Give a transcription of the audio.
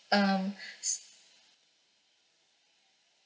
um